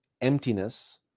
emptiness